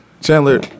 Chandler